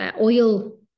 oil